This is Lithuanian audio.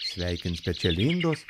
sveikins pečialindos